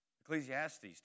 Ecclesiastes